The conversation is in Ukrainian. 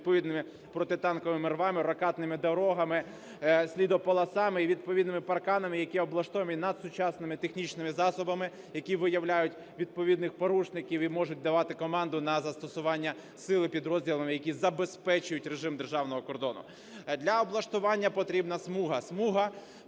відповідними протитанковими ровами, рокадними дорогами, слідополосами і відповідними парканами, які облаштовані надсучасними технічними засобами, які виявляють відповідних порушників і можуть давати команду на застосування сили підрозділами, які забезпечують режим державного кордону. Для облаштування потрібна смуга